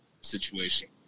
situation